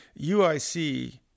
UIC